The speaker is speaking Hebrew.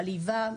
חליבה,